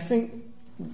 think